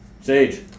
Sage